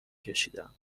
کشیدم